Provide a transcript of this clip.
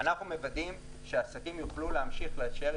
אנחנו מוודאים שהעסקים יוכלו להמשיך להישאר